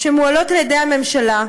שמועלות על ידי הממשלה,